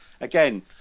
again